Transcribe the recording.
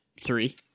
three